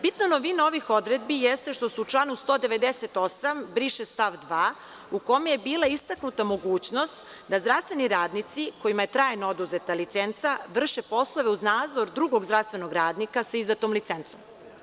Bitna novina ovih odredbi jeste što se u članu 198. briše stav 2. u kome je bila istaknuta mogućnost da zdravstveni radnici kojima je trajno oduzeta licenca vrše poslove uz nadzor drugog zdravstvenog radnika sa izdatom licencom.